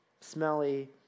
smelly